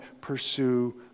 pursue